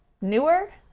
newer